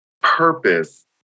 purpose